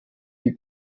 die